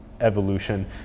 evolution